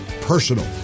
personal